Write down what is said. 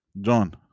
John